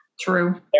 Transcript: true